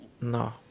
No